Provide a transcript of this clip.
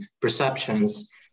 perceptions